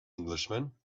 englishman